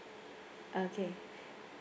okay